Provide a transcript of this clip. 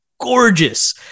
gorgeous